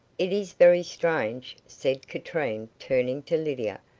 it is very strange, said katrine, turning to lydia,